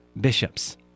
bishops